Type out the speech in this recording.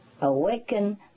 awaken